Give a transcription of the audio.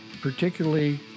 particularly